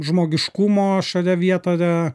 žmogiškumo šalia vietoje